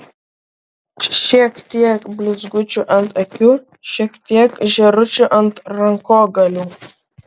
šiek tiek blizgučių ant akių šiek tiek žėručių ant rankogalių